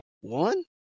One